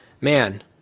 man